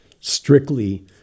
strictly